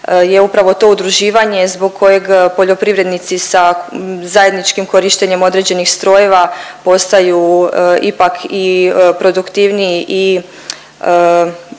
je upravo to udruživanje zbog koje poljoprivrednici sa zajedničkim korištenjem određenih strojeva postaju ipak i produktivniji i